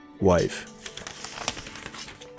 Wife